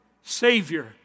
Savior